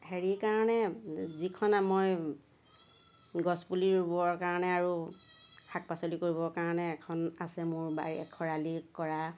হেৰি কাৰণে যিখন মই গছপুলি ৰুবৰ কাৰণে আৰু শাক পাচলি কৰিবৰ কাৰণে এখন আছে মোৰ খৰালি কৰা